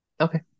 Okay